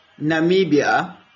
Namibia